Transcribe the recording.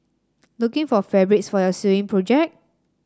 looking for fabrics for your sewing project